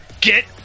Get